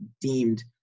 deemed